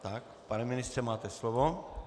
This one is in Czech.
Tak, pane ministře, máte slovo.